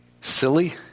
silly